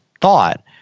thought